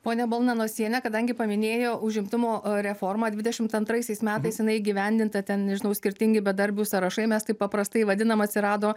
ponia balnanosiene kadangi paminėjo užimtumo reformą dvidešimt antraisiais metais jinai įgyvendinta ten nežinau skirtingi bedarbių sąrašai mes taip paprastai vadinam atsirado